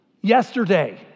Yesterday